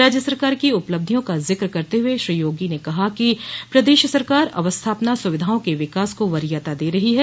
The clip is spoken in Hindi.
राज्य सरकार की उपलब्धियों का जिक करते हुए श्री योगी ने कहा कि प्रदेश सरकार अवस्थापना सुविधाओं के विकास को वरीयता दे रही है